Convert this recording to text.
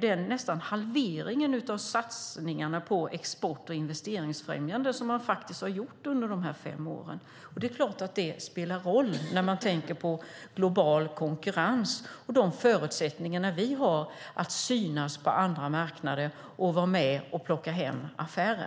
den närapå halvering av satsningarna på export och investeringsfrämjande som man faktiskt har gjort under de här fem åren. Det är klart att det spelar roll när man tänker på global konkurrens och de förutsättningar vi har att synas på andra marknader och vara med och plocka hem affärer.